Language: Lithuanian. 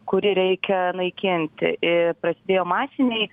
kurį reikia naikinti ir prasidėjo masiniai